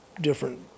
different –